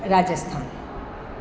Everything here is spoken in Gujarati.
રાજસ્થાન